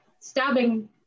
stabbing